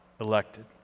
elected